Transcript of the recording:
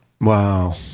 Wow